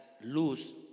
luz